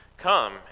Come